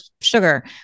sugar